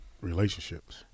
relationships